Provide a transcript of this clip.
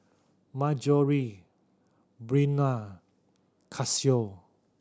Marjorie Breonna Cassiu